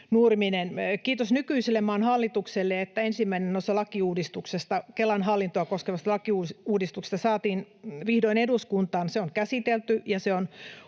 Kiitos nykyiselle maan hallitukselle, että ensimmäinen osa Kelan hallintoa koskevasta lakiuudistuksesta saatiin vihdoin eduskuntaan. Se on käsitelty, ja se on